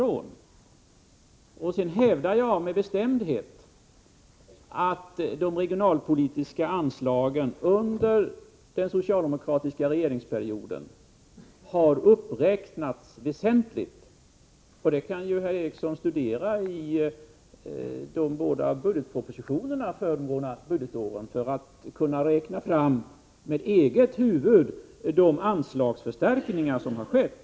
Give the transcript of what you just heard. Jag hävdar med bestämdhet att de regionalpolitiska anslagen under den socialdemokratiska regeringsperioden har uppräknats väsentligt. Det kan herr Eriksson studera i budgetpropositionerna för de båda budgetåren och med eget huvud räkna fram de anslagsförstärkningar som har skett.